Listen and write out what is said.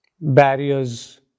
barriers